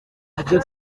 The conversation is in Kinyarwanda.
agiye